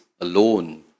alone